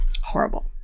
horrible